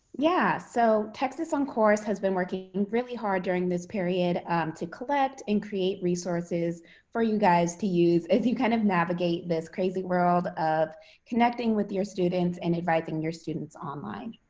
yeah. so texas oncourse has been working really hard during this period to collect and create resources for you guys to use as you kind of navigate this crazy world of connecting with your students and advising your students online.